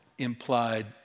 implied